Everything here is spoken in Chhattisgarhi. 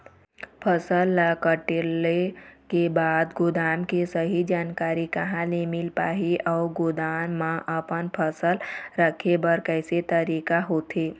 फसल ला कटेल के बाद गोदाम के सही जानकारी कहा ले मील पाही अउ गोदाम मा अपन फसल रखे बर कैसे तरीका होथे?